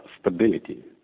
stability